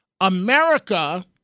America